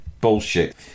bullshit